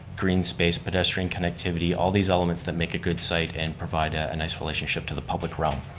green space, pedestrian connectivity, all these elements that make a good site and provide a and nice relationship to the public realm.